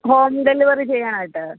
home delivery ചെയ്യാനായിട്ട്